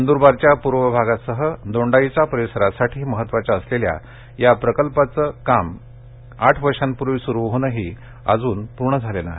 नंदुरबारच्या पुर्व भागासह दोंडाईचा परिसरासाठी महत्त्वाच्या असलेल्या या प्रकल्पाचं काम काल आठ वर्षांपूर्वी सुरु होऊनही अजून पूर्ण झालेलं नाही